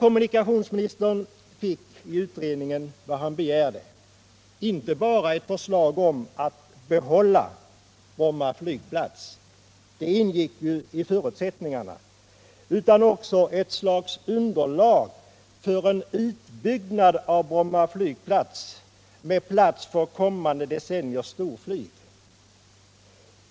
Kommunikationsministern fick i utredningen vad han begärde — inte bara ett förslag om att behålla Bromma flygplats, vilket ingick i förutsättningarna, utan också ett slags underlag för en utbyggnad av Bromma flygplats för kommande decenniers storflyg.